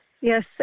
Yes